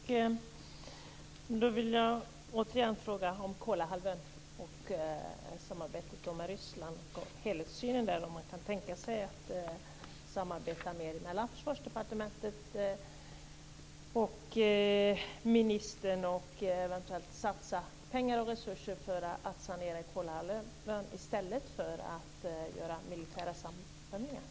Fru talman! Jag vill återigen ta upp frågan om Kolahalvön och samarbetet med Ryssland. Kan ministern som ett led i en helhetssyn tänka sig att samarbeta mer med Försvarsdepartementet och eventuellt satsa pengar och resurser på att sanera Kolahalvön i stället för att göra militära samövningar?